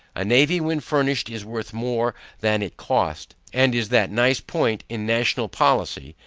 a navy when finished is worth more than it cost. and is that nice point in national policy,